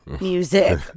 music